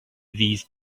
these